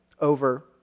over